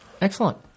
Excellent